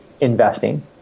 investing